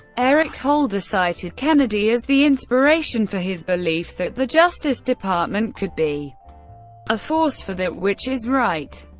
eric holder cited kennedy as the inspiration for his belief that the justice department could be a force for that which is right.